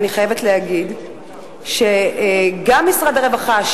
אני חייבת להגיד שגם משרד הרווחה,